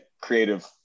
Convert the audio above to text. creative